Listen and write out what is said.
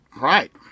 Right